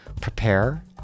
prepare